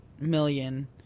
million